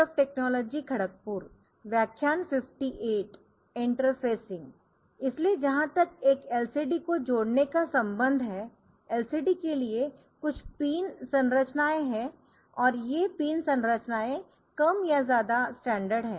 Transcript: LCD के लिए कुछ पिन संरचनाएं है और ये पिन संरचनाएं कम या ज्यादा स्टैंडर्ड है